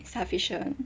sufficient